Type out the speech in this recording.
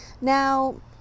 Now